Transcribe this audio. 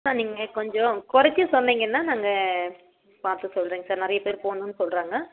sir நீங்க கொஞ்சம் குறச்சி சொன்னீங்கன்னா நாங்க பார்த்து சொல்றேங்க சார் நிறைய பேர் போகணும்னு சொல்றாங்க